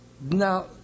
Now